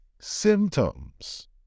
symptoms